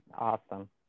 Awesome